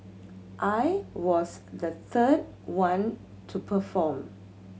I was the third one to perform